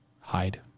hide